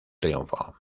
triunfo